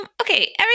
okay